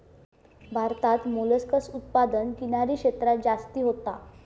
भारतात मोलस्कास उत्पादन किनारी क्षेत्रांत जास्ती होता